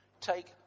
take